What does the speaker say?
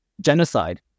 genocide